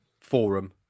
forum